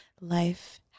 life